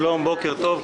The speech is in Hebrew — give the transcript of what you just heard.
שלום, בוקר טוב.